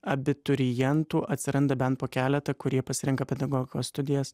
abiturientų atsiranda bent po keletą kurie pasirenka pedagogo studijas